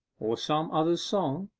or some other's song,